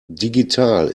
digital